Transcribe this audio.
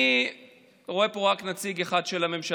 אני רואה פה רק נציג אחד של הממשלה.